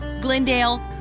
Glendale